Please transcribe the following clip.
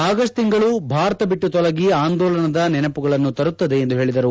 August ತಿಂಗಳು ಭಾರತ ಬಿಟ್ಟು ತೊಲಗಿ ಆಂದೋಲನದ ನೆನಪುಗಳನ್ನು ತರುತ್ತದೆ ಎಂದು ಹೇಳಿದರು